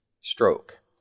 stroke